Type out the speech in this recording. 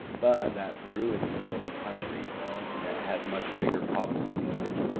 but that peru is a developing country and that has much bigger problems to deal with.